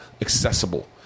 accessible